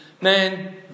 Man